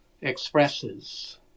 expresses